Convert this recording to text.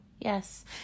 Yes